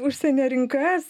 užsienio rinkas